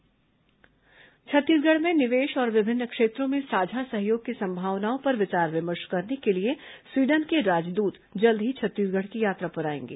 मुख्यमंत्री स्वीडन दुतावास छत्तीसगढ़ में निवेश और विभिन्न क्षेत्रों में साझा सहयोग की संभावनाओं पर विचार विमर्श करने के लिए स्वीडन के राजदूत जल्द ही छत्तीसगढ़ की यात्रा पर आएंगे